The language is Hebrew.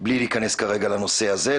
בלי להיכנס כרגע לנושא הזה.